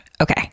Okay